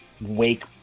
wake